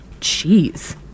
jeez